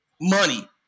money